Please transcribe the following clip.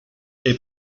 est